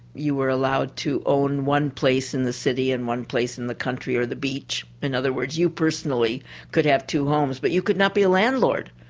you were allowed to own one place in the city and one place in the country or the beach. in other words, you personally could have two homes but you could not be a landlord.